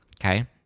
Okay